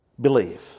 believe